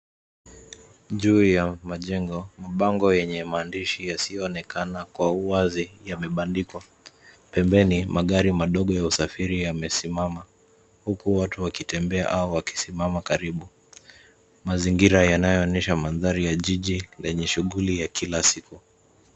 Juu ya majengo, mabango yeney maandishi yasiyoonekana kwa uwazi, yamebandikwa. Pembeni magari madogo ya usafiri yamesimama, huku watu wakitembea au wakisimama karibu. Mazingira yanayoonyesha mandhari ya jiji, lenye shughuli ya kila siku.